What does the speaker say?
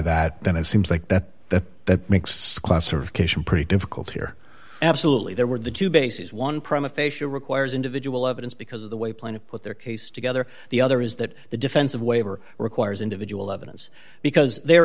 that then it seems like that that that makes classification pretty difficult here absolutely there were the two bases one promise facial requires individual evidence because of the way plan to put their case together the other is that the defense of waiver requires individual evidence because there